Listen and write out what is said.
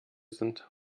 sind